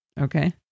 Okay